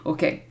Okay